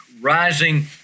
rising